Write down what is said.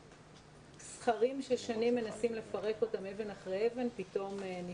דברים ששנים מנסים לפרק אותם אבן אחרי אבן פתאום נפתחו.